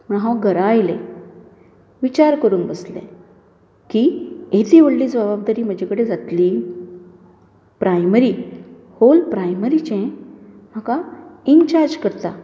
हांव घरा आयलें विचार करूंक बसलें की येदी वडली जबाबदारी म्हजे कडेन जातली प्रायमरी होल प्रायमरीचें म्हाका इनचार्ज करता